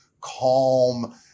calm